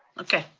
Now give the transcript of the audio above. okay.